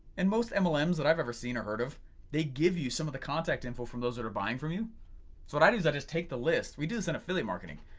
and most mlm's that i've ever seen or heard of they give you some of the contact info form those that are buying from you. so what i do is i just take the list, we do this in affiliate marketing,